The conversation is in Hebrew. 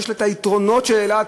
שיש לה היתרונות של אילת,